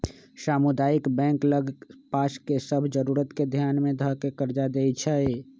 सामुदायिक बैंक लग पास के सभ जरूरत के ध्यान में ध कऽ कर्जा देएइ छइ